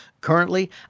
currently